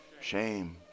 shame